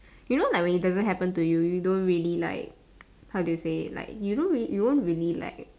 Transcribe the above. you know when it doesn't happen to you you don't really like how do I say it you won't really like